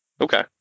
Okay